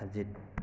ꯁꯖꯤꯗ